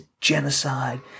genocide